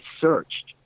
searched